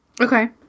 Okay